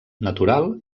natural